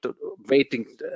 waiting